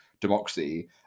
democracy